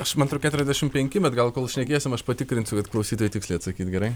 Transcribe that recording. aš man atrodo keturiasdešim penki bet gal kol šnekėsim aš patikrinsiu kad klausytojai tiksliai atsakyt gerai